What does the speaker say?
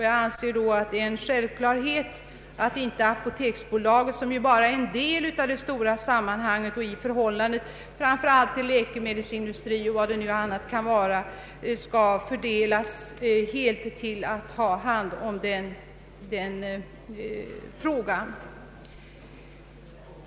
Jag anser därför att det är självklart att inte apoteksbolaget, som ju bara är en del i det stora sammanhanget, bör ha hand om denna information, framför allt med tanke på apoteksbolagets förhållande till bl.a. läkemedelsindustrin.